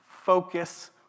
Focus